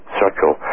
circle